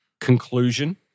conclusion